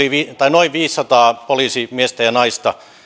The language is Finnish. noin viisisataa poliisimiestä ja naista